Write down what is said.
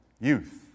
youth